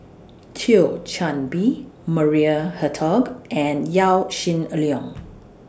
Thio Chan Bee Maria Hertogh and Yaw Shin Leong